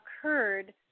occurred